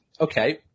okay